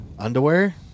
Underwear